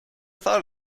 thought